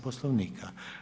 Poslovnika.